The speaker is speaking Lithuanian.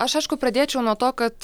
aš aišku pradėčiau nuo to kad